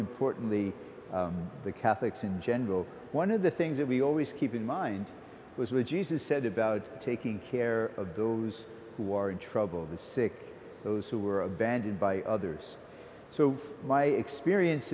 importantly the catholics in general one of the things that we always keep in mind was when jesus said about taking care of those who are in trouble the sick those who were abandoned by others so my experience